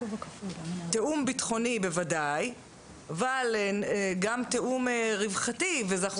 תיאום ביטחוני בוודאי אבל גם תיאום רווחתי ואנחנו